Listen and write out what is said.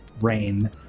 rain